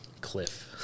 cliff